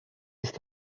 ist